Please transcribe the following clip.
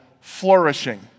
flourishing